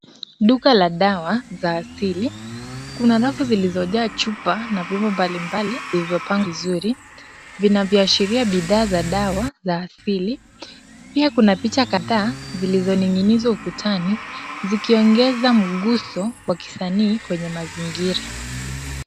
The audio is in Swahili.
Duka la dawa za asili. Kuna rafu zilizojaa chupa na vivo mbali mbali vilivyo pangwa vizuri, vinavyoashiria bidhaa za dawa za asili. Pia kuna picha kadhaa zilizoning'inizwa ukutani, zikiongeza mguso wa kisanii kwenye mazingira.